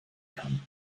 kann